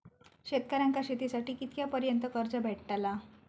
शेतकऱ्यांका शेतीसाठी कितक्या पर्यंत कर्ज भेटताला?